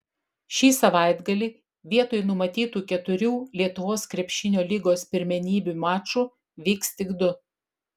šį savaitgalį vietoj numatytų keturių lietuvos krepšinio lygos pirmenybių mačų vyks tik du